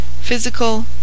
physical